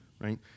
right